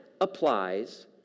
applies